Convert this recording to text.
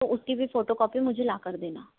तो उसकी भी फोटोकॉपी मुझे ला कर देना